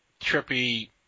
trippy